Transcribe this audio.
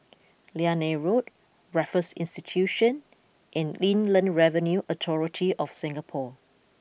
Liane Road Raffles Institution and Inland Revenue Authority of Singapore